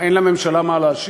מה, אין לממשלה מה להשיב?